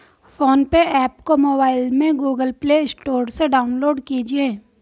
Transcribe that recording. phone पे app को mobile में गूगल प्ले स्टोर से डाउनलोड कीजिए